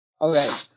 Okay